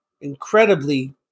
incredibly